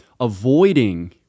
avoiding